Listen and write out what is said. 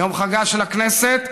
יום חגה של הכנסת,